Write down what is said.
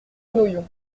noyon